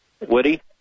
Woody